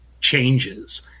changes